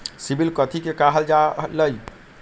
CIBIL कथि के काहल जा लई?